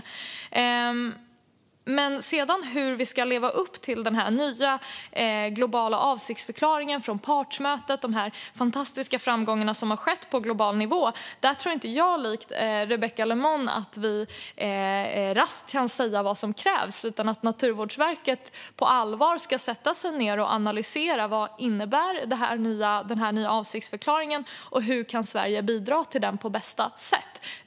När det sedan gäller hur vi ska leva upp till den nya globala avsiktsförklaringen från partsmötet och de fantastiska framgångar som skett på global nivå tror inte jag, till skillnad från Rebecka Le Moine, att vi raskt kan säga vad som krävs. Nu får Naturvårdsverket sätta sig ned och på allvar analysera vad den nya avsiktsförklaringen innebär och hur Sverige kan bidra på bästa sätt.